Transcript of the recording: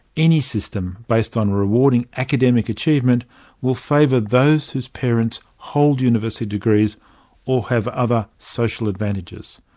any system based on rewarding academic achievement will favour those whose parents hold university degrees or have other social advantages.